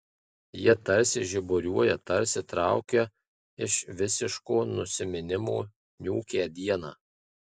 jie tarsi žiburiuoja tarsi traukia iš visiško nusiminimo niūkią dieną